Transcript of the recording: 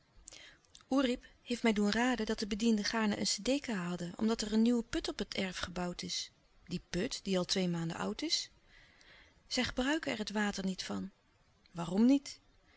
oerip heeft mij doen raden dat de bedienden gaarne een sedeka hadden omdat er een nieuwe put op het erf gebouwd is die put die al twee maanden oud is zij gebruiken er het water niet van waarom niet